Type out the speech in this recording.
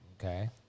Okay